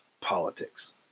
politics